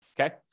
Okay